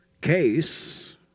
case